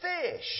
fish